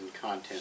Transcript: content